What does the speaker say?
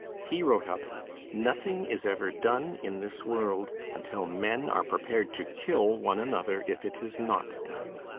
he wrote up nothing is ever done in this world until men are prepared to kill one another if it is not done.